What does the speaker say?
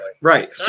right